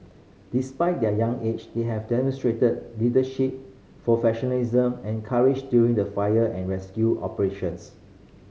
despite their young age they have demonstrated leadership professionalism and courage during the fire and rescue operations